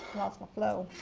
lost my flow.